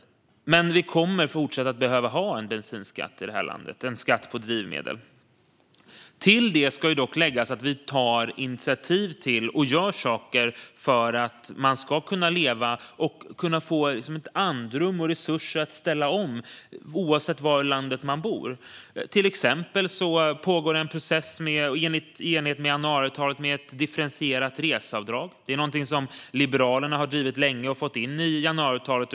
Men vi kommer även i fortsättningen att behöva ha en bensinskatt, eller en skatt på drivmedel, i det här landet. Till det ska läggas att vi tar initiativ till och gör saker för att man ska kunna leva och kunna få andrum och resurser att ställa om oavsett var i landet man bor. Till exempel pågår, i enlighet med januariavtalet, en process med ett differentierat reseavdrag. Detta är någonting som Liberalerna har drivit länge och som vi har fått in i januariavtalet.